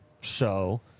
show